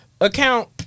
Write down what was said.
account